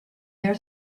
their